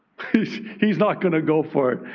he's not going to go for it.